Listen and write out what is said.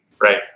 Right